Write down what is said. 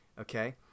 Okay